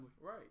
Right